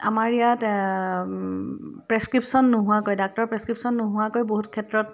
আমাৰ ইয়াত প্ৰেছক্ৰিপশ্যন নোহোৱাকৈ ডাক্টৰ প্ৰেছক্ৰিপশ্যন নোহোৱাকৈ বহুত ক্ষেত্ৰত